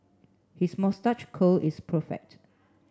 his moustache curl is perfect